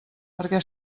perquè